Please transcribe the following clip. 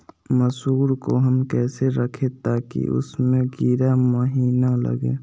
मसूर को हम कैसे रखे ताकि उसमे कीड़ा महिना लगे?